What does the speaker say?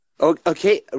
Okay